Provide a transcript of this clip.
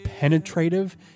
Penetrative